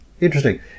Interesting